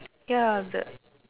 ya the